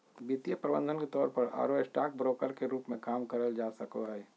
वित्तीय प्रबंधक के तौर पर आरो स्टॉक ब्रोकर के रूप मे काम करल जा सको हई